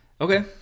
Okay